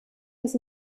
dass